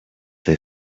they